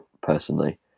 personally